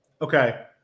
Okay